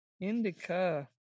Indica